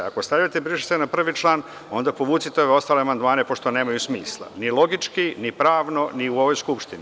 Ako stavljate briše se na prvi član, onda povucite ove ostale amandmane, pošto nemaju smisla, ni logički, ni pravno, ni u ovoj Skupštini.